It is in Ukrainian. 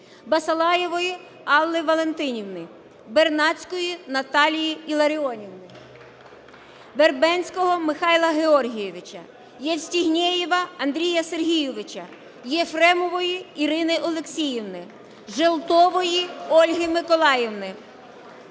Басалаєвої Алли Валентинівни, Бернацької Наталії Іларіонівни, Вербенського Михайла Георгійовича, Євстігнєєва Андрія Сергійовича, Єфремової Ірини Олексіївни, Желтової Ольги Миколаївни,